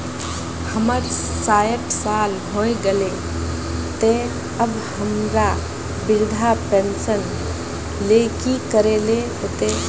हमर सायट साल होय गले ते अब हमरा वृद्धा पेंशन ले की करे ले होते?